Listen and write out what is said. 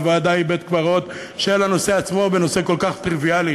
והוועדה היא בית-קברות של הנושא עצמו בנושא כל כך טריוויאלי.